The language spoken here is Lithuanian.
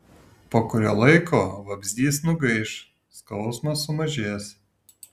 po kurio laiko vabzdys nugaiš skausmas sumažės